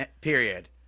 period